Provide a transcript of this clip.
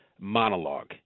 monologue